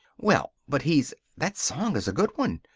well, but he's that song is a good one.